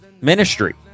ministry